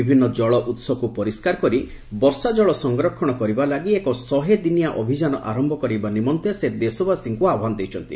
ବିଭିନ୍ନ ଜଳ ଉତ୍କକୁ ପରିଷ୍କାର କରି ବର୍ଷାଜଳ ସଂରକ୍ଷଣ କରିବା ଲାଗି ଏକ ଶହେଦିନିଆ ଅଭିଯାନ ଆରମ୍ଭ କରିବା ନିମନ୍ତେ ସେ ଦେଶବାସୀଙ୍କୁ ଆହ୍ୱାନ ଦେଇଛନ୍ତି